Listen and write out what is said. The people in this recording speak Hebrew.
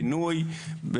פינוי,